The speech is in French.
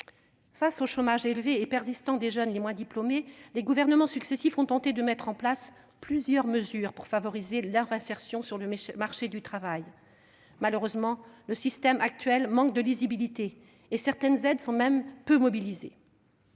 Face au chômage élevé et persistant des jeunes les moins diplômés, les gouvernements successifs ont tenté de mettre en place plusieurs mesures pour favoriser leur insertion sur le marché du travail. Malheureusement, le système actuel manque de lisibilité et certaines aides sont peu mobilisées.